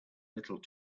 little